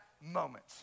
moment